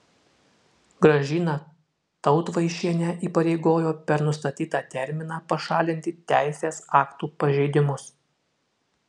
gražiną tautvaišienę įpareigojo per nustatytą terminą pašalinti teisės aktų pažeidimus